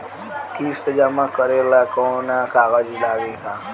किस्त जमा करे ला कौनो कागज लागी का?